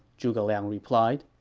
zhuge liang replied